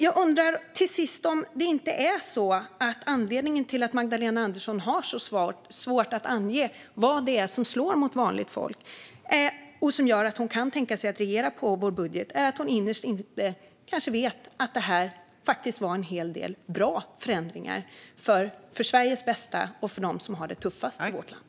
Jag undrar till sist om anledningen till att Magdalena Andersson har så svårt att ange vad det är som slår mot vanligt folk och varför hon kan tänka sig att regera på vår budget är att hon innerst inne kanske vet att det här faktiskt är en hel del bra förändringar för Sveriges bästa och för dem som har det tuffast i vårt land.